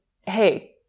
hey